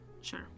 Sure